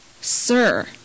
Sir